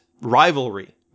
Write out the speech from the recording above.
rivalry